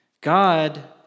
God